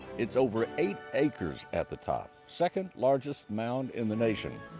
it's over eight acres at the top, second largest mound in the nation.